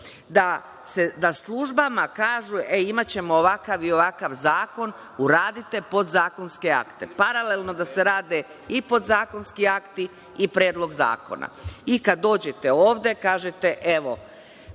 da službama kaže – e, imaćemo ovakav i ovakav zakon, uradite podzakonske akte, paralelno da se radi i podzakonski akti i predlog zakona? Kad dođete ovde, kažete – evo,